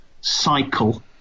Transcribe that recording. cycle